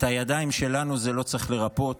את הידיים שלנו זה לא צריך לרפות.